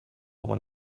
when